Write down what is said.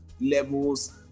levels